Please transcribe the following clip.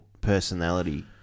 personality